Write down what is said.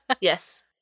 Yes